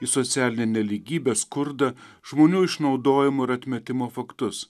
į socialinę nelygybę skurdą žmonių išnaudojimo ir atmetimo faktus